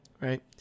Right